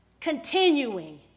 continuing